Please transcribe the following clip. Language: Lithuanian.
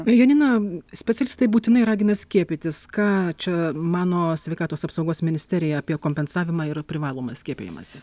janina specialistai būtinai ragina skiepytis ką čia mano sveikatos apsaugos ministerija apie kompensavimą yra privalomas skiepijimąsi